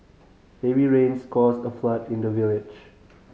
heavy rains caused a flood in the village